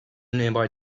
nearby